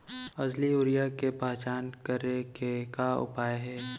असली यूरिया के पहचान करे के का उपाय हे?